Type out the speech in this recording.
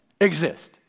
Exist